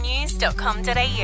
news.com.au